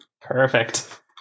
Perfect